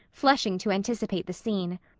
flushing to anticipate the scene.